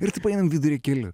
ir tipo einam vidury keliu